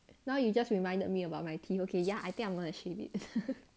now you just reminded me about my teeth okay ya I think I'm going to chip it